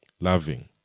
loving